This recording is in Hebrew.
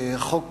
החוק